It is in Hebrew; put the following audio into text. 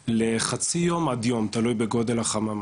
לחצי יום עד יום תלוי בגודל החממה.